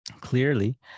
clearly